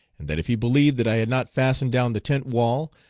and that if he believed that i had not fastened down the tent wall,